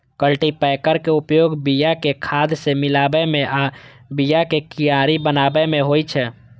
cultipacker के उपयोग बिया कें खाद सं मिलाबै मे आ बियाक कियारी बनाबै मे होइ छै